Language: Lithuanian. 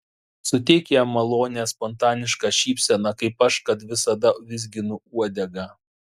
suteik jam malonią spontanišką šypseną kaip aš kad visada vizginu uodegą